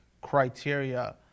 criteria